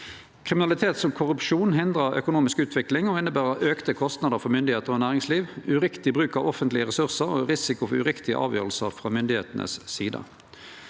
Kriminalitet som korrupsjon hindrar økonomisk utvikling og inneber auka kostnader for myndigheiter og næringsliv, uriktig bruk av offentlege ressursar og risiko for uriktige avgjerder frå myndigheitene si side.